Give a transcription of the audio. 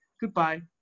goodbye